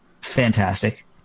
fantastic